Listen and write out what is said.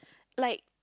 like